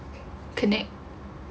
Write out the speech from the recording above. tak ada connect